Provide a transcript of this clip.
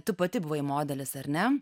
tu pati buvai modelis ar ne